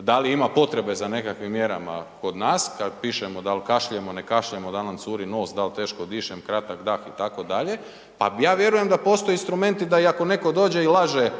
da li ima potrebe za nekakvim mjerama kod nas, kad pišemo da li kašljemo, ne kašljemo, da li nam curi nos, dal teško dišem, kratak dah itd., pa ja vjerujem da postoje instrumenti da ako netko dođe i laže